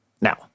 Now